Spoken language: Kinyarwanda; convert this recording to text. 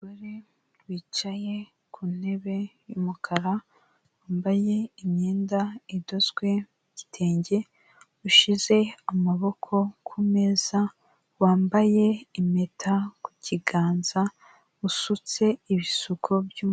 Umugore wicaye ku ntebe y'umukara wambaye imyenda idozwe mu gitenge ushize amaboko ku meza, wambaye impeta ku kiganza, usutse ibisuko